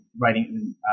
writing